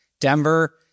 Denver